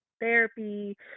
therapy